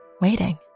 waiting